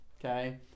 Okay